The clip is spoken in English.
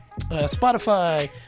spotify